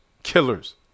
Killers